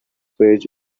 page